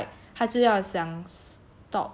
这样 lah so like 他就要想